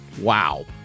Wow